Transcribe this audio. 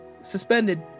suspended